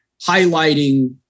highlighting